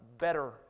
better